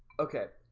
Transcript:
okay,